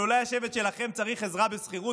אבל אולי השבט שלכם צריך עזרה בשכירות,